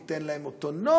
ניתן להם אוטונומיה,